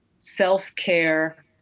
Self-care